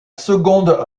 seconde